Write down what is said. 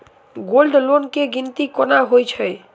Gold loan केँ गिनती केना होइ हय?